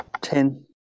Ten